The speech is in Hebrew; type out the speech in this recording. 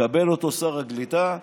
מקבל אותו שר הקליטה,